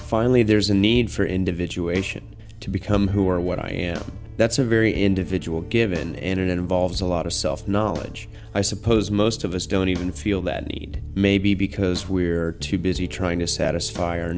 finally there's a need for individuation to become who or what i am that's a very individual given and it involves a lot of self knowledge i suppose most of us don't even feel that need maybe because we are too busy trying to satisfy